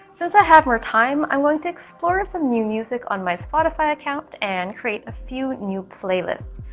since i have more time i'm going to explore some new music on my spotify account and create a few new playlists.